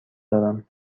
دارم